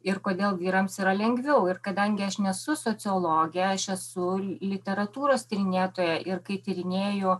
ir kodėl vyrams yra lengviau ir kadangi aš nesu sociologė aš esu literatūros tyrinėtoja ir kai tyrinėju